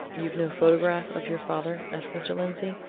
you've no photograph of your father? asked mr. lindsey.